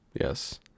Yes